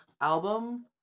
album